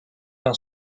d’un